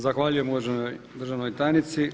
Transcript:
Zahvaljujem uvaženoj državnoj tajnici.